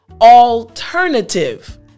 alternative